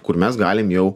kur mes galim jau